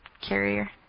carrier